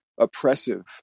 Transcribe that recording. oppressive